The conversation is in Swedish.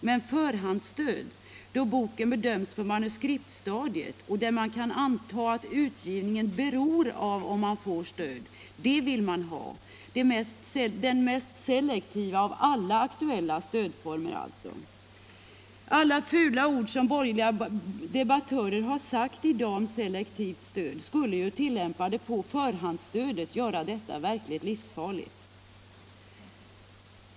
Men förhandsstöd, då boken bedöms på manuskriptstadiet och där man kan anta att utgivningen beror av om det ges stöd, det vill man ha — alltså den mest selektiva av alla aktuella stödformer. Alla fula ord som borgerliga debattörer har sagt i dag om selektivt stöd skulle, tillämpade på förhandsstödet, göra detta verkligt livsfarligt.